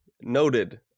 noted